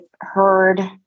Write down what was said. heard